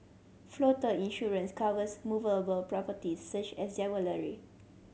floater insurance covers movable properties such as